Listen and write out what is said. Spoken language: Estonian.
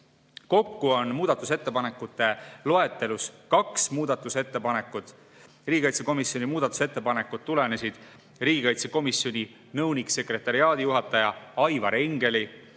Kokku on muudatusettepanekute loetelus kaks muudatusettepanekut. Riigikaitsekomisjoni muudatusettepanekud tulenesid riigikaitsekomisjoni nõuniku-sekretariaadijuhataja Aivar Engeli